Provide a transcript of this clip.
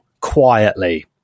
quietly